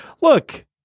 Look